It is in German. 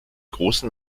großen